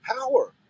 power